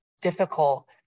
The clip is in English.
difficult